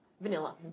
Vanilla